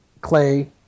Clay